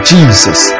Jesus